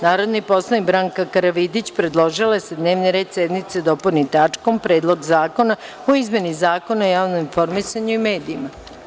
Narodni poslanik Branka Karavidić predložila je da se dnevni red sednice dopuni tačkom – Predlog zakona o izmeni Zakona o javnom informisanju u medijima.